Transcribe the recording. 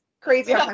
crazy